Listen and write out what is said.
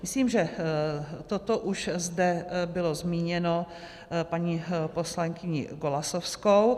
Myslím, že toto už zde bylo zmíněno paní poslankyní Golasowskou.